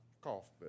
cough